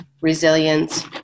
Resilience